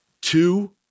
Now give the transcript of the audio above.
two